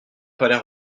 palais